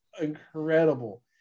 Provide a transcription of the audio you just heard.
incredible